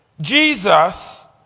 Jesus